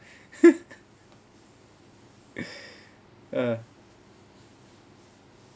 ah